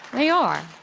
they are.